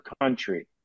country